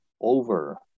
over